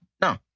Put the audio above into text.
No